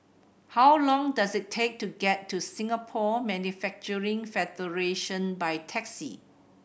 how long does it take to get to Singapore Manufacturing Federation by taxi